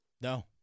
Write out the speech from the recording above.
No